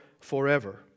forever